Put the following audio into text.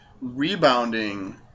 Rebounding